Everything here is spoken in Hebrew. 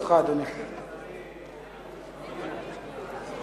אדוני